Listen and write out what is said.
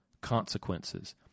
consequences